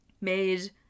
made